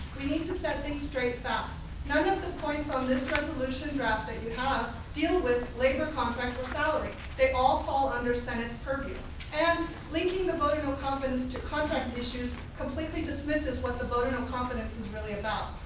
we need to set things straight fast. none of the points on this resolution draft that you have ah deal with labor contract or salary. they all fall under senate's purview and linking the vote of no confidence to contract issues completely dismisses what the vote of no confidence is really about.